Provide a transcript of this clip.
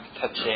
touching